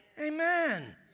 Amen